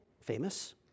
Famous